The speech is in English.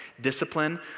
discipline